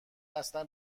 اصلا